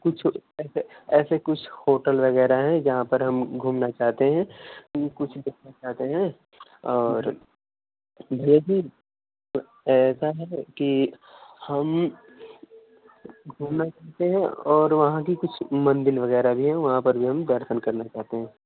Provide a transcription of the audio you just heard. कुछ ऐसे ऐसे कुछ होटल वगैरह हैं जहाँ पर हम घूमना चाहते हैं कुछ देखना चाहते हैं और भैया जी ऐसा है कि हम घूमना चाहते हैं और वहाँ की कुछ मंदिर वगैरह भी हें वहाँ पर भी हम दर्शन करना चाहते हैं